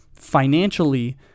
Financially